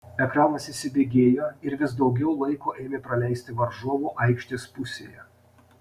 ekranas įsibėgėjo ir vis daugiau laiko ėmė praleisti varžovų aikštės pusėje